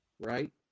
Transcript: right